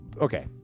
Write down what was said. okay